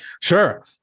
Sure